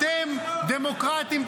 אתם, דמוקרטים.